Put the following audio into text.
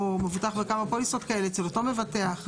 או מבוטח בכמה פוליסות כאלה אצל אותו מבטח.